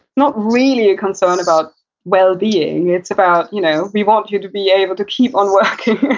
not really a concern about well being. it's about, you know we want you to be able to keep on working